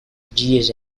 dias